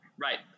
Right